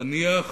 להניח